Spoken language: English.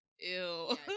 Ew